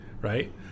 right